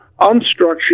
unstructured